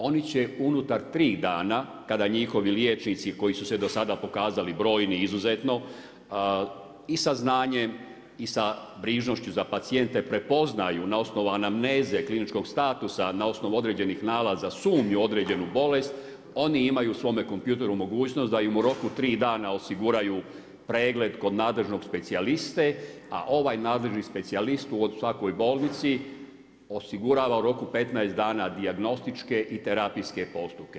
Oni će unutar 3 dana, kada njihovi liječnici, koji su se do sada pokazali brojni izuzetno i sa znanjem i sa brižnošću za pacijente prepoznaju na osnovu anamneze kliničkog statusa, na osnovu određenih nalaza sumnju određenu bolest, oni imaju u svome kompjuter mogućnost da im u roku 3 dana osiguraju pregled, kod nadležnog specijaliste, a ovaj nadležni specijalist u svakoj bolnici osigurava u roku 15 dana dijagnostičke i terapijske postupke.